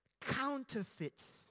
counterfeits